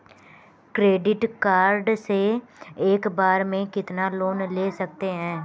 Credit card से एक बार में कितना लोन ले सकते हैं?